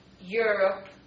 Europe